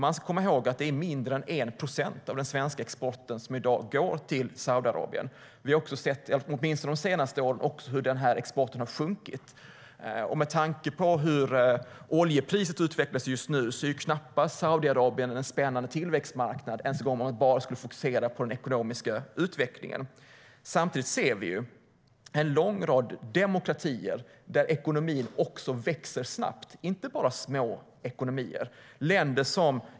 Låt oss komma ihåg att mindre än 1 procent av den svenska exporten går till Saudiarabien. De senaste åren har vi dessutom sett hur denna export har sjunkit. Med tanke på oljeprisets utveckling är Saudiarabien knappast en spännande tillväxtmarknad, även om vi bara fokuserar på den ekonomiska utvecklingen. Samtidigt ser vi en lång rad demokratier där ekonomin växer snabbt, och det är inte bara små ekonomier.